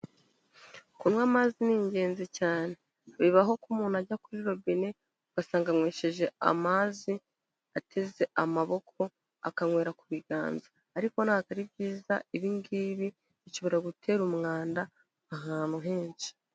Kunywa amazi ni ingenzi cyane, bibaho ko umuntu ajya kuri robine ugasanga anywesheje amazi ateze amaboko akanywera ku biganza, ariko ntabwo ari byiza, ibi ngibi bishobora gutera umwanda ahantu henshi.